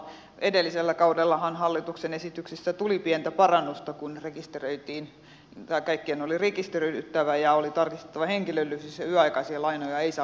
edellisellä kaudellahan hallituksen esityksissä tuli pientä parannusta kun kaikkien oli rekisteröidyttävä ja oli tarkistettava henkilöllisyys ja yöaikaisia lainoja ei saanut enää myöntää